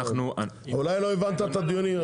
אולי לא הבנת את הדיון,